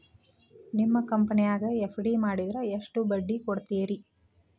ನಿಮ್ಮ ಕಂಪನ್ಯಾಗ ಎಫ್.ಡಿ ಮಾಡಿದ್ರ ಎಷ್ಟು ಬಡ್ಡಿ ಕೊಡ್ತೇರಿ?